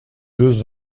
deux